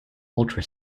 ultra